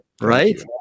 right